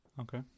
Okay